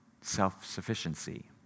self-sufficiency